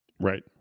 Right